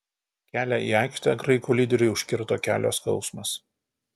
kelią į aikštę graikų lyderiui užkirto kelio skausmas